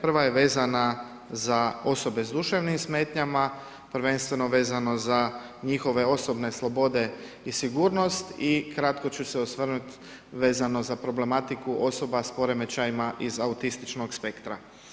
Prva je vezana za osobe s duševnim smetnjama, prvenstveno vezano za njihove osobe slobode i sigurnost i kratko ću se osvrnuti vezano za problematiku osoba s poremećajima iz autističnog spektra.